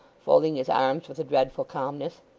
folding his arms with a dreadful calmness.